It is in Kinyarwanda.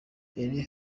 mbere